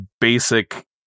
basic